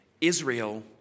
Israel